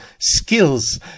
skills